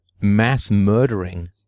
mass-murdering